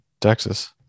Texas